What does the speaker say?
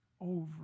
over